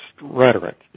rhetoric